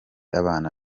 abana